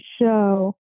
show